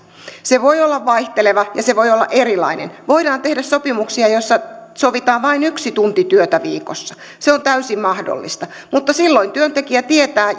se voi olla vaihteleva ja se voi olla erilainen voidaan tehdä sopimuksia joissa sovitaan vain yksi tunti työtä viikossa se on täysin mahdollista mutta silloin työntekijä tietää